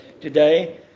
today